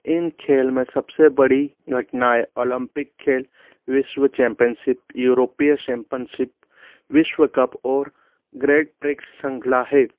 इन खेल में सबसे बड़ी घटनाएँ ओलंपिक खेल विश्व चैंपियनशिप यूरोपीय शैम्पनशिप विश्व कप और ग्रैड प्रिक्स शृंखला है